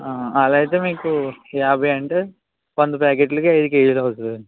అలా అయితే మీకు యాభై అంటే వంద ప్యాకెట్లకి ఐదు కేజీలు అవుతుంది